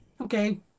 Okay